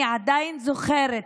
אני עדיין זוכרת,